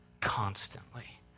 constantly